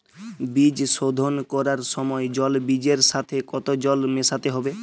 বীজ শোধন করার সময় জল বীজের সাথে কতো জল মেশাতে হবে?